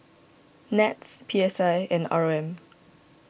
NETS P S I and R O M